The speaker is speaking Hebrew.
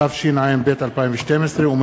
התשע"ב 2012. לקריאה ראשונה,